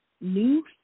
new